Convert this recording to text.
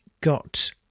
got